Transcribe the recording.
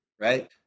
right